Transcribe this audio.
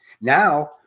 now